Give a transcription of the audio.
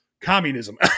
communism